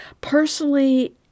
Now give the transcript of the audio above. Personally